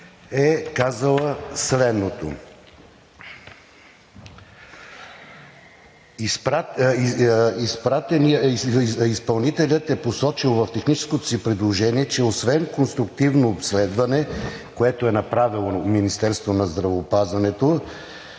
е казала следното: „Изпълнителят е посочил в техническото си предложение, че освен конструктивно обследване, което е направило Министерството на здравеопазването,